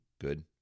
good